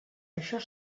això